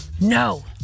No